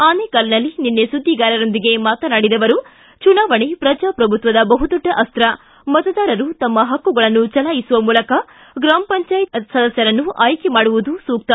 ಆನೆಕಲ್ನಲ್ಲಿ ನಿನ್ನೆ ಸುದ್ದಿಗಾರರೊಂದಿಗೆ ಮಾತನಾಡಿದ ಅವರು ಚುನಾವಣೆ ಪ್ರಜಾಶ್ರಭುತ್ವದ ಬಹುದೊಡ್ಡ ಅಸ್ತ್ಯ ಮತದಾರರು ತಮ್ಮ ಹಕ್ಕುಗಳನ್ನು ಚಲಾಯಿಸುವ ಮೂಲಕ ಗ್ರಾಮ ಪಂಚಾಯತ್ ಸದಸ್ಕರನ್ನು ಆಯ್ಕೆ ಮಾಡುವುದು ಸೂಕ್ತ